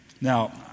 Now